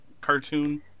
cartoon